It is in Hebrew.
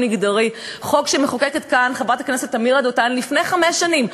מגדרי חוק שחוקקה כאן חברת הכנסת עמירה דותן לפני חמש שנים,